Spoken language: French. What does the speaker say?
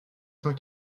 cent